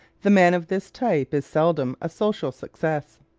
the man of this type is seldom a social success.